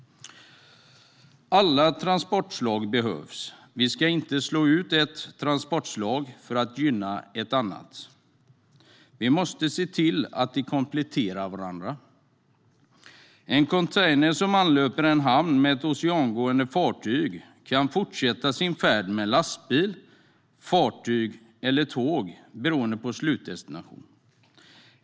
Alla transportslag behövs. Vi ska inte slå ut ett transportslag för att gynna ett annat. Vi måste se till att de kompletterar varandra. En container som anlöper en hamn med ett oceangående fartyg kan fortsätta sin färd med lastbil, fartyg eller tåg beroende på slutdestination.